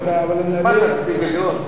לא יודע, אבל אני, מה, אתה נציב עליון?